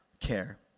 care